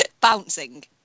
Bouncing